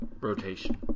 rotation